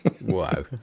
wow